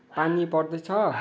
पानी पर्दैछ